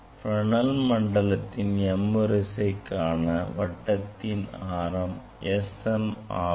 Fresnel மண்டலத்தின் m வரிசைக்கான வட்டத்தின் ஆரம் Sm ஆகும்